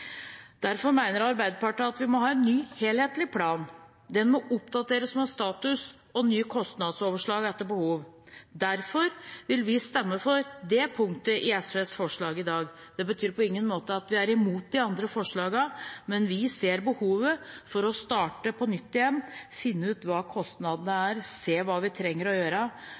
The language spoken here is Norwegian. Derfor mener Arbeiderpartiet at vi må ha en ny, helhetlig plan. Den må oppdateres med status og nye kostnadsoverslag etter behov. Derfor vil vi stemme for det punktet i SVs forslag i dag. Det betyr på ingen måte at vi er imot de andre forslagene, men vi ser behovet for å starte på nytt, finne ut hva kostnadene er, og se hva vi trenger å gjøre.